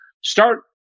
start